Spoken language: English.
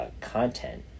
content